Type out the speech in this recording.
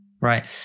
right